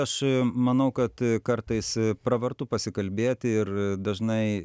aš manau kad kartais pravartu pasikalbėti ir dažnai